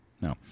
No